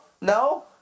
No